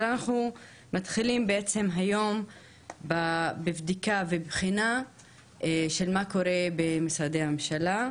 אבל אנחנו מתחילים בעצם היום בבדיקה ובחינה של מה קורה במשרדי הממשלה,